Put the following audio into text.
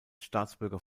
staatsbürger